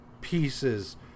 pieces